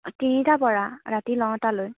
তিনিটাৰ পৰা ৰাতি নটালৈ